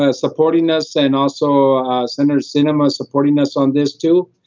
ah supporting us and also senator cinemas supporting us on this, too,